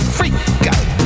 Freakout